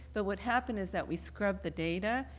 but what happened is that we scrubbed the data.